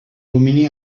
domini